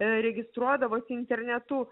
registruodavosi internetu